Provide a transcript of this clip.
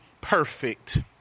perfect